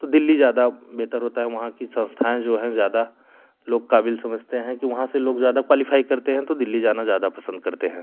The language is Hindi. तो दिल्ली ज़्यादा बेहतर होता है वहाँ की संस्थाएँ जो है ज़्यादा लोग काबिल समझते हैं कि वहाँ से लोग ज़्यादा क्वालीफाई करते हैं तो दिल्ली जाना ज़्यादा पसंद करते हैं